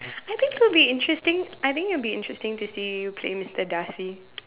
I think it will be interesting I think it will be interesting to see you play Mister Darcy